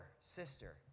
sister